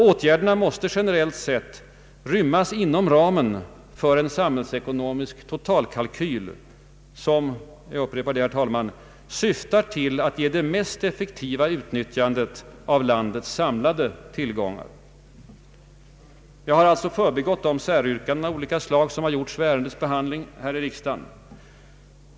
Åtgärderna måste generellt sett rymmas inom ramen för en samhällsekonomisk totalkalkyl som — jag upprepar det, herr talman — syftar till att ge det mest Jag har alltså förbigått de säryrkanden av olika slag som gjorts vid ärendets behandling i riksdagen.